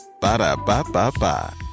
Ba-da-ba-ba-ba